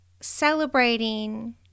celebrating